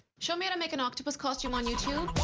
show me how to make an octopus costume on youtube.